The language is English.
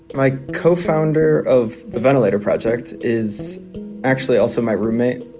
my co-founder of the ventilator project is actually also my roommate.